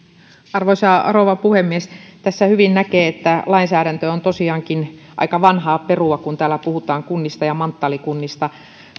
arvoisa rouva puhemies tässä hyvin näkee että lainsäädäntö on tosiaankin aika vanhaa perua kun täällä puhutaan kunnista ja manttaalikunnista